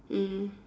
mm